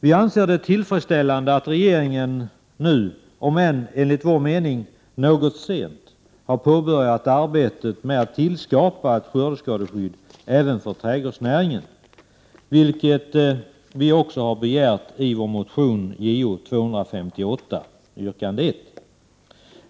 Vi anser det tillfredsställande att regeringen nu, om än enligt vår mening något sent, har påbörjat arbetet med att skapa ett skördeskadeskydd även för trädgårdsnäringen, vilket vi också har begärt i vår motion Jo258, yrkande 1.